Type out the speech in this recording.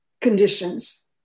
conditions